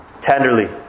Tenderly